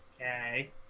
Okay